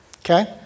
okay